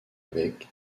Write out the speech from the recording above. avec